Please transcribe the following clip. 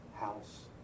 house